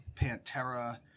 Pantera